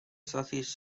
cities